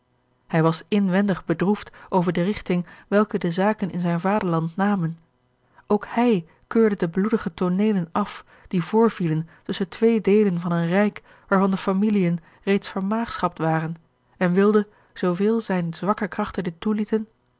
hij was inwendig bedroefd over de rigting welke de zaken in zijn vaderland namen ook hij keurde de bloedige tooneelen af die voorvielen tusschen twee deelen van een rijk waarvan de familiën reeds vermaagschapt waren en wilde zooveel zijne zwakke krachten dit toelieten